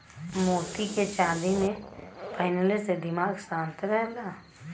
मोती के चांदी में पहिनले से दिमाग शांत रहला